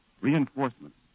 Reinforcements